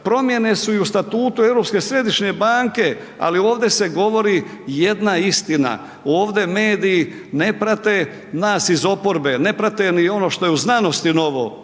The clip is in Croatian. promijene su i u statutu Europske središnje banke, ali ovdje se govori jedna istina, ovde mediji ne prate nas iz oporbe, ne prate ni ono što je u znanosti novo,